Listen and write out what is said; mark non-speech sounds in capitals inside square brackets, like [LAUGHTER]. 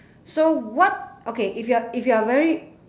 [BREATH] so what okay if you're if you're very